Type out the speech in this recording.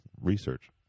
research